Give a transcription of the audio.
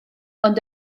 ond